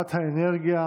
שרת האנרגיה